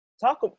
talk